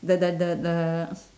the the the the